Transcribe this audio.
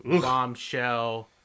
bombshell